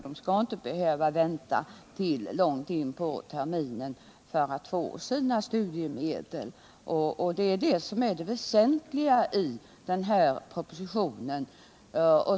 De skall inte behöva vänta till långt in på terminen för att få sina studiemedel. Det är det väsentliga i propositionen.